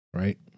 right